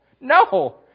No